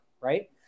right